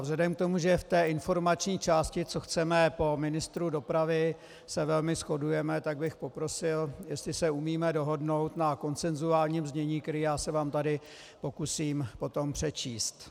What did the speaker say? Vzhledem k tomu, že v té informační části, co chceme po ministru dopravy, se velmi shodujeme, tak bych poprosil, jestli se umíme dohodnout na konsenzuálním znění, které se vám tu pokusím potom přečíst.